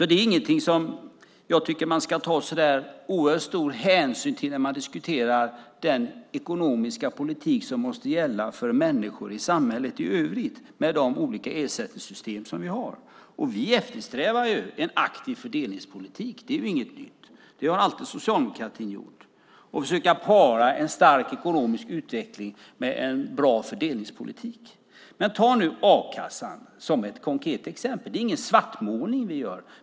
Det är ingenting som jag tycker att man ska ta så oerhört stor hänsyn till när man diskuterar den ekonomiska politik som måste gälla för människor i samhället i övrigt med de olika ersättningssystem som vi har. Vi eftersträvar en aktiv fördelningspolitik. Det är ingenting nytt. Det har socialdemokratin alltid gjort. Man ska försöka para en stark ekonomisk utveckling med en bra fördelningspolitik. Jag ska ta a-kassan som ett konkret exempel. Det är ingen svartmålning som vi gör.